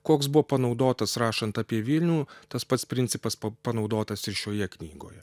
koks buvo panaudotas rašant apie vilnių tas pats principas panaudotas ir šioje knygoje